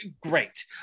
great